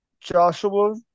Joshua